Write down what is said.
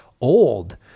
old